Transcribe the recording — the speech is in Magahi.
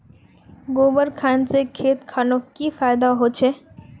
गोबर खान से खेत खानोक की फायदा होछै?